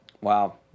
wow